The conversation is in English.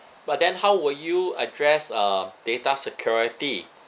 but then how will you address uh data security